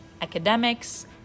academics